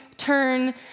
Turn